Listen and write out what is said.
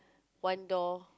one door